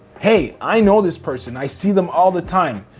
hey, i know this person. i see them all the time.